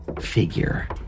figure